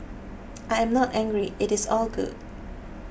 I am not angry it is all good